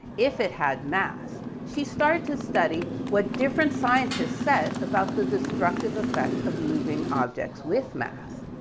if it had mass, she started to study what different scientists said about the destructive effect of moving objects with mass.